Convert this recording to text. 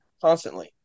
constantly